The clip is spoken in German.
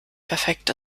perfekt